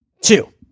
two